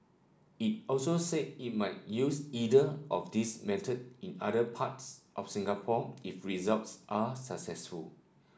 it also said it may use either of these method in other parts of Singapore if results are successful